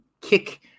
kick